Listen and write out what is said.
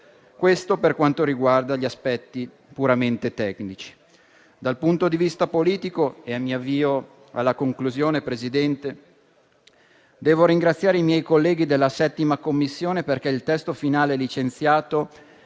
Questo per quanto riguarda gli aspetti puramente tecnici. Dal punto di vista politico, avviandomi alla conclusione, signor Presidente, devo ringraziare i miei colleghi della 7a commissione perché il testo finale licenziato